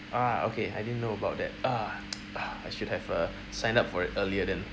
ah okay I didn't know about that ah ah I should have uh signed up for it earlier then